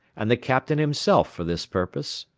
and the captain himself for this purpose,